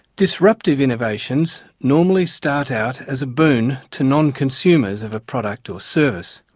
disruptive innovations normally start out as a boon to non-consumers of a product or service.